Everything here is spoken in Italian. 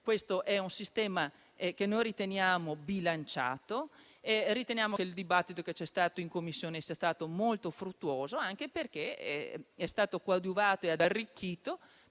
questo sistema sia bilanciato e che il dibattito che c'è stato in Commissione sia stato molto fruttuoso, anche perché è stato coadiuvato e arricchito